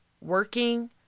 working